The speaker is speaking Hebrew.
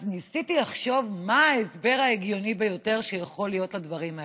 אז ניסיתי לחשוב מה ההסבר ההגיוני ביותר שיכול להיות לדברים האלה,